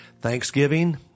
thanksgiving